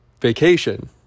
vacation